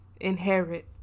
inherit